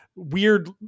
weird